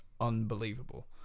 unbelievable